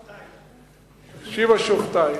שופטייך.